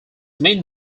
main